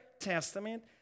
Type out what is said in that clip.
testament